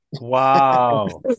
Wow